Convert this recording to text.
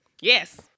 Yes